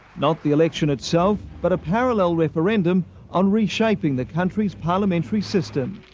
not the election itself, but a parallel referendum on reshaping the country's parliamentary system.